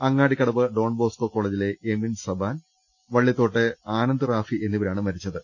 Angadikkadavu Don Bosco കോളേജിലെ എമിൻ സബാൻ വള്ളിത്തോട്ടെ ആനന്ദ് റാഫി എന്നിവരാണ് മരിച്ചത്